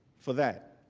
for that.